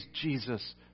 Jesus